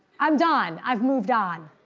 i'm done. i've moved on.